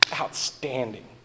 outstanding